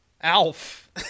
Alf